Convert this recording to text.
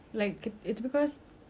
nak cakap murah pun tak murah sangat but